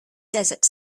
desert